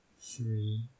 three